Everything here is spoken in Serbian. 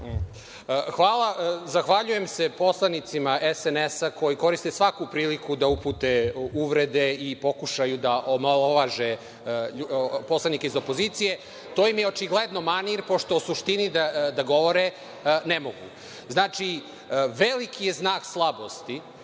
Hvala. Zahvaljujem se poslanicima SNS koji koriste svaku priliku da upute uvrede i pokušaju da omalovaže poslanike iz opozicije. To im je očigledno manir, pošto o suštini da govore ne mogu. Znači, veliki je znak slabosti